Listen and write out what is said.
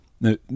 Now